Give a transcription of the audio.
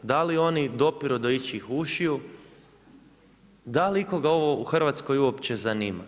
Da li oni dopiru do ičijih ušiju, da li ikoga ovo u Hrvatskoj uopće zanima?